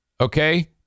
Okay